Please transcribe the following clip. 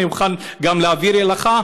אני מוכן גם להעביר אליך,